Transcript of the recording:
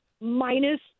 minus